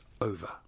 over